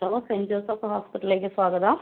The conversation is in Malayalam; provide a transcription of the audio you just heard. ഹലോ സെൻ ജോസഫ് ഹോസ്പിറ്റലിലേക്ക് സ്വാഗതം